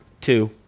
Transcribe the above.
Two